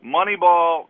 Moneyball